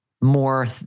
more